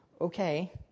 Okay